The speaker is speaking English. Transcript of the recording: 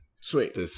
Sweet